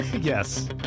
Yes